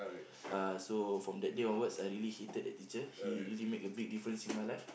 uh so from that day onwards I really hated that teacher he really made a big difference in my life